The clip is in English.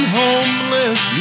homeless